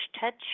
touch